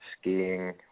Skiing